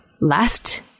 last